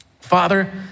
Father